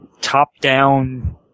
top-down